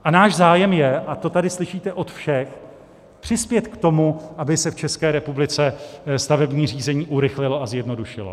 A náš zájem je, a to tady slyšíte od všech, přispět k tomu, aby se v České republice stavební řízení urychlilo a zjednodušilo.